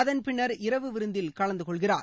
அதன் பின்னர் இரவு விருந்தில் கலந்து கொள்கிறார்